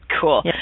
Cool